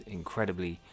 incredibly